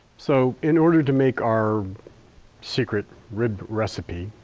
so in order to make our secret rib recipe